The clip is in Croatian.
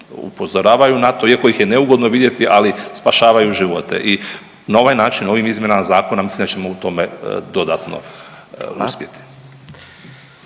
upozoravaju na to, iako ih je neugodno vidjeti ali spašavaju živote. I na ovaj način, ovim izmjenama zakona mislim da ćemo u tome dodatno uspjeti.